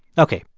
ok.